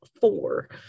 four